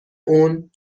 اون